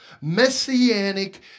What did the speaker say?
messianic